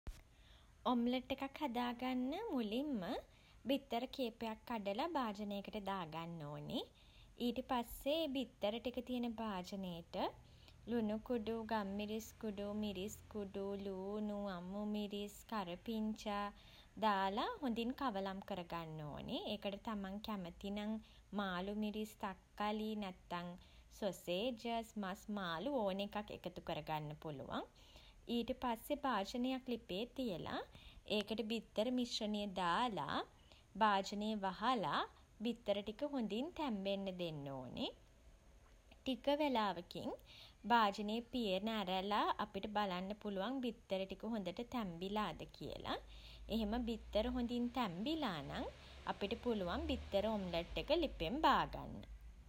Omelette එකක් හදා ගන්න මුලින්ම බිත්තර කීපයක් කඩලා භාජනයකට දාගන්න ඕනේ. ඊට පස්සේ ඒ බිත්තර ටික තියෙන භාජනේට ලුණු කුඩු ගම්මිරිස් කුඩු මිරිස් කුඩු ළූණු අමු මිරිස් කරපිංචා දාලා හොඳින් කවලම් කරගන්න ඕනේ. ඒකට තමන් කැමති නම් මාළු මිරිස් තක්කලි නැත්තම් සොසේජස් මස් මාළු ඕන එකක් එකතු කරගන්න පුළුවන්. ඊට පස්සේ භාජනයක් ලිපේ තියලා ඒකට බිත්තර මිශ්‍රණය දාලා භාජනය වහලා බිත්තර ටික හොඳින් තැම්බෙන්න දෙන්න ඕනෙ. ටික වෙලාවකින් භාජනයේ පියන ඇරලා අපිට බලන්න පුළුවන් බිත්තර ටික හොඳට තම්බිලාද කියලා. එහෙම බිත්තර හොඳින් තැම්බිලා නම් අපිට පුළුවන් බිත්තර ඔම්ලට් එක ලිපෙන් බාගන්න.